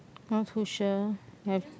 not too sure have